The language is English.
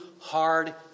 hard